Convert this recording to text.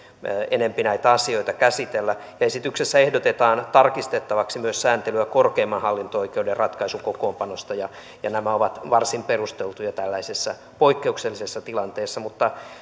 enempi näitä asioita käsitellä esityksessä ehdotetaan tarkistettavaksi myös sääntelyä korkeimman hallinto oikeuden ratkaisukokoonpanosta ja ja nämä ovat varsin perusteltuja tällaisessa poikkeuksellisessa tilanteessa